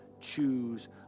choose